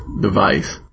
device